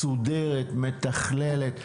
מסודרת, מתוכננת.